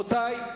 רבותי,